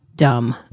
Dumb